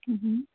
ਹੂੰ ਹੂੰ